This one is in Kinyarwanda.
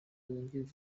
wungirije